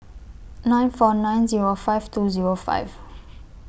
nine four nine Zero five two Zero five